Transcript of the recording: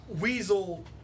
weasel